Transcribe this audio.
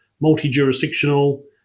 multi-jurisdictional